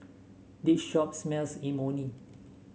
this shop smells Imoni